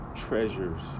treasures